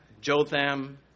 Jotham